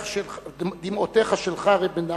דמעותיך שלך, ר' מנחם,